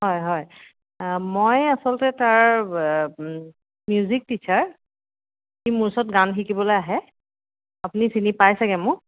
হয় হয় হয় মই আচলতে তাৰ মিউজিক টিচ্চাৰ ই মোৰ ওচৰত গান শিকিবলৈ আহে আপুনি চিনি পাই চাগে মোক